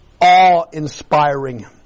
awe-inspiring